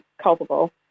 culpable